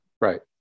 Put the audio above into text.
Right